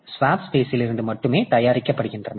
swap ஸ்பேஸ்லிருந்து மட்டுமே தயாரிக்கப்படுகின்றன